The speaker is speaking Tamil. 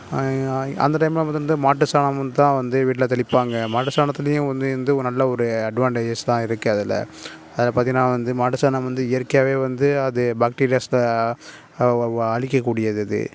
அந்த டைம்மில் நமது வந்து மாட்டு சாணம் வந்து தான் வந்து வீட்டில் தெளிப்பாங்க மாட்டு சாணத்துலையும் வந்து எந்த ஒ நல்ல ஒரு அட்வான்டேஜஸ் எல்லாம் இருக்கு அதில் அதில் பார்த்தீங்கன்னா வந்து மாட்டு சாணம் வந்து இயற்கையாகவே வந்து அது பேக்டீரியாஸில் அழிக்க கூடியது அது